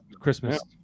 Christmas